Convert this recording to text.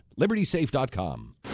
LibertySafe.com